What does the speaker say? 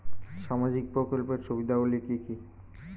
সামাজিক প্রকল্পের সুবিধাগুলি কি কি?